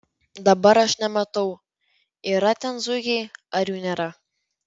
dabar aš nematau yra ten zuikiai ar jų nėra